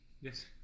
Yes